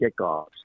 kickoffs